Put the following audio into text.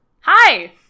Hi